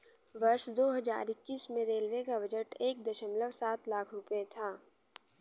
वर्ष दो हज़ार इक्कीस में रेलवे का बजट एक दशमलव सात लाख रूपये था